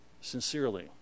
sincerely